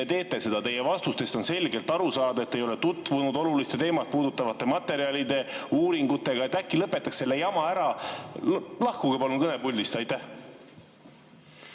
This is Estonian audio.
teete seda? Teie vastustest on selgelt aru saada, et te ei ole tutvunud seda olulist teemat puudutavate materjalide ja uuringutega. Äkki lõpetaks selle jama ära. Lahkuge palun kõnepuldist! Aitäh,